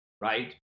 right